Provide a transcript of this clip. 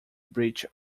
breach